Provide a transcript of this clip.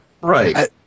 Right